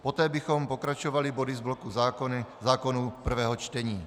Poté bychom pokračovali body z bloku zákonů prvého čtení.